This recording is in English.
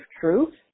truth